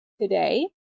today